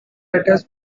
letters